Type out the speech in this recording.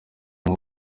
ngo